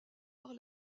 par